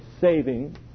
saving